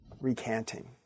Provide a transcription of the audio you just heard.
recanting